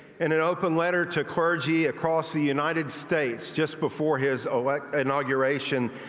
in an open letter to clergy across the united states just before his inauguration,